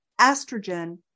estrogen